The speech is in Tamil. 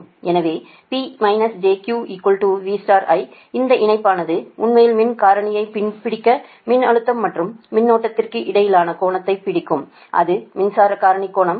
எனவே P jQ V I இந்த இணைப்பானது உண்மையில் மின் காரணியை பிடிக்க மின்னழுத்தம் மற்றும் மின்னோட்டத்திற்கு இடையேயான கோணத்தை பிடிக்கும் அது மின்சார காரணி கோணம்